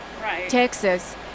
Texas